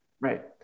Right